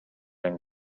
менен